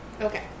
Okay